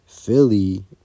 Philly